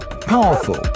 powerful